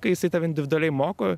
kai jisai tave individualiai moko